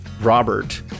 Robert